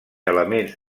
elements